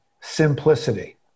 simplicity